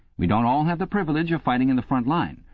we don't all have the privilege of fighting in the front line,